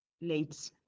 late